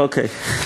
אוקיי.